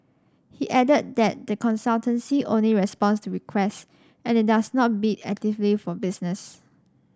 he added that the consultancy only responds to requests and it does not bid actively for business